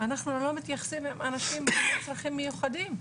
אנחנו לא מתייחסים לאנשים עם צרכים מיוחדים.